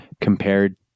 compared